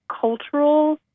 Cultural